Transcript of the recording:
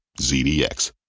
ZDX